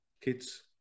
kids